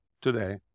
today